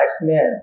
men